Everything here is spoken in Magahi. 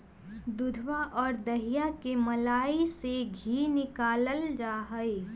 दूधवा और दहीया के मलईया से धी निकाल्ल जाहई